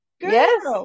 Yes